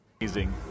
amazing